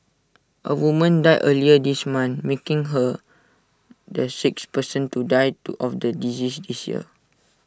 A woman died earlier this month making her the sixth person to die to of the disease this year